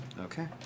Okay